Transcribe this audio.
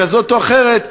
כזאת או אחרת,